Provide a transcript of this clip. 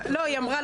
גברים?